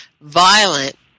violent